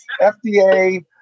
FDA